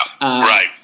Right